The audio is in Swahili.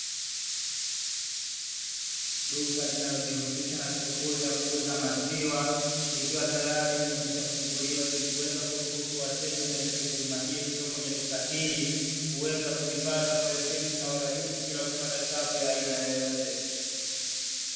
Duka linalojihusisha na shughuli ya kuuza maziwa, likiwa tayari limekwisha funguliwa ili kuweza kuruhusu wateja wanaohitaji huduma hiyo kwenye duka hili, kuweza kuipata kwa wepesi na urahisi bila kupata taabu yoyote.